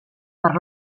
per